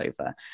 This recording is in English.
over